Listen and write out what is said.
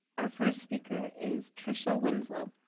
our first speaker is tricia winslow.